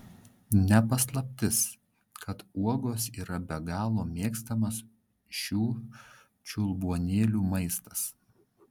ne paslaptis kad uogos yra be galo mėgstamas šių čiulbuonėlių maistas